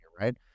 right